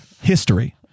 history